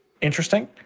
interesting